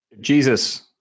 Jesus